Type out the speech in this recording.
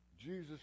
jesus